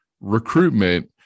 recruitment